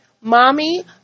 Mommy